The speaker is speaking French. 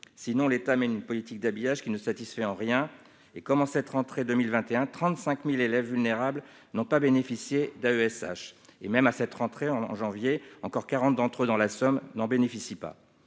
sinon l'État mène une politique d'habillage qui ne satisfait en rien, et comme en cette rentrée 2021 35000 élèves vulnérables n'ont pas bénéficié d'AESH et même à cette rentrée en janvier encore 40 d'entre eux, dans la Somme, n'en bénéficient pas,